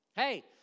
Hey